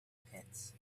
pits